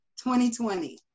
2020